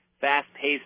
fast-paced